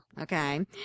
Okay